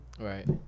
Right